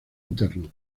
interno